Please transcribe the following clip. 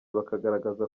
bakagaragaza